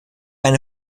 eine